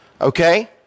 Okay